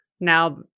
Now